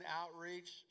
outreach